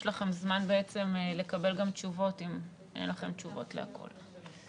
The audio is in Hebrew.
יש לכם זמן בעצם לקבל גם תשובות אם אין לכם תשובות לכול.